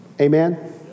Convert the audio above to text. Amen